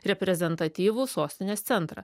reprezentatyvų sostinės centrą